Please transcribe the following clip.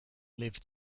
lived